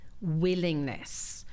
willingness